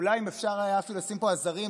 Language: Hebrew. אולי אם אפשר היה אפילו לשים פה עזרים,